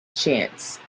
chance